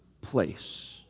place